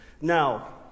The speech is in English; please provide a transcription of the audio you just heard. Now